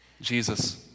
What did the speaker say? Jesus